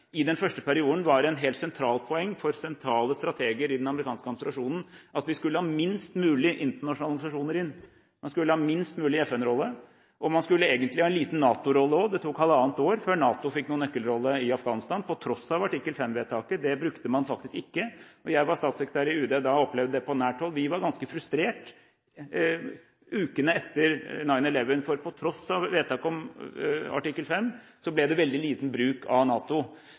I den første perioden var det et helt sentralt poeng for sentrale strateger i den amerikanske administrasjonen at vi skulle ha minst mulig internasjonale organisasjoner inn – man skulle ha minst mulig FN-rolle, og man skulle egentlig ha en liten NATO-rolle også. Det tok ett og et halvt år før NATO fikk noen nøkkelrolle i Afghanistan, på tross av artikkel 5-vedtaket. Det brukte man faktisk ikke. Jeg var statssekretær i UD da og opplevde det på nært hold. Vi var ganske frustrert ukene etter 9/11, for på tross av vedtaket om artikkel 5 ble det veldig liten bruk av NATO.